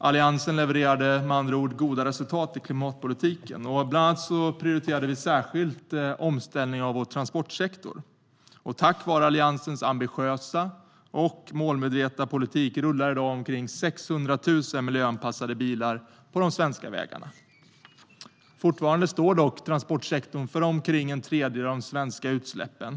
Alliansen levererade med andra ord goda resultat i klimatpolitiken. Bland annat prioriterade vi särskilt omställningen av transportsektorn. Tack vare Alliansens ambitiösa och målmedvetna politik rullar i dag omkring 600 000 miljöanpassade bilar på de svenska vägarna. Fortfarande står dock transportsektorn för omkring en tredjedel av de svenska utsläppen.